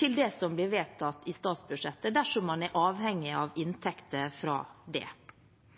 til det som blir vedtatt i statsbudsjettet, dersom man er avhengig av inntekter fra det.